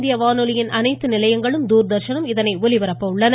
இந்திய வானொலியின் அனைத்து நிலையங்களும் தூர்தர்ஷனும் இதனை ஒலிபரப்ப அகில உள்ளன